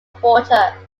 supporter